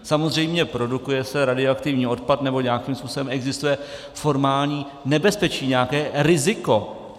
Samozřejmě produkuje se radioaktivní odpad nebo nějakým způsobem existuje formální nebezpečí, nějaké riziko.